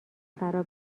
فرا